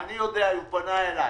אני יודע, הוא פנה אליי.